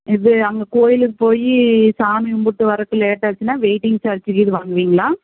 இது அந்த கோவிலுக்கு போய் சாமி கும்பிட்டு வரக்கு லேட் ஆயிடிச்சுனா வெய்ட்டிங் சார்ஜ் கிது வாங்குவீங்களா